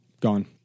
gone